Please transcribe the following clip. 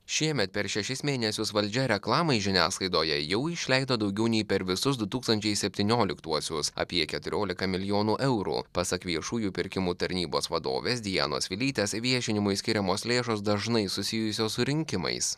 šiemet per šešis mėnesius valdžia reklamai žiniasklaidoje jau išleido daugiau nei per visus du tūkstančiai septynioliktuosius apie keturiolika milijonų eurų pasak viešųjų pirkimų tarnybos vadovės dianos vilytės viešinimui skiriamos lėšos dažnai susijusios su rinkimais